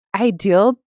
ideal